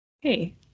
Hey